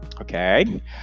Okay